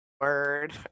word